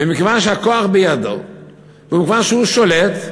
מכיוון שהכוח בידו ומכיוון שהוא שולט,